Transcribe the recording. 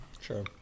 Sure